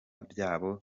byabo